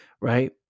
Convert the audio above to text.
right